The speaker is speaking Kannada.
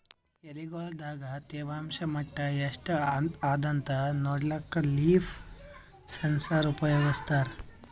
ಎಲಿಗೊಳ್ ದಾಗ ತೇವಾಂಷ್ ಮಟ್ಟಾ ಎಷ್ಟ್ ಅದಾಂತ ನೋಡ್ಲಕ್ಕ ಲೀಫ್ ಸೆನ್ಸರ್ ಉಪಯೋಗಸ್ತಾರ